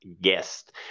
guest